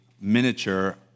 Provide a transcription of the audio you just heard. miniature